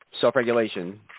Self-regulation